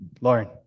Lauren